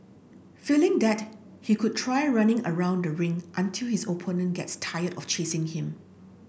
failing that he could try running around the ring until his opponent gets tired of chasing him